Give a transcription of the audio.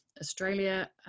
Australia